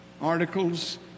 Articles